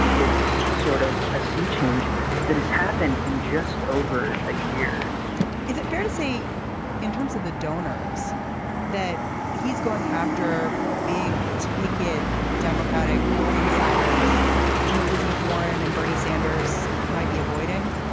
it's sort of a sea change that has happened in just over a year is it fair to say in terms of the donors that he's going after big ticket democratic insiders who elizabeth warren and bernie sanders might be avoiding